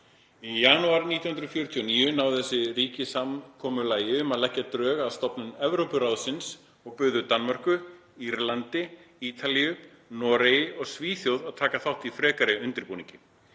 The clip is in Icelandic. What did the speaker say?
Í janúar 1949 náðu þessi ríki samkomulagi um að leggja drög að stofnun Evrópuráðsins og buðu Danmörku, Írlandi, Ítalíu, Noregi og Svíþjóð að taka þátt í frekari undirbúningi.